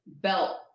belt